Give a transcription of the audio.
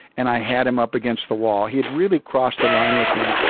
and i had him up against the wall. he had really crossed a line with me.